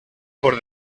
por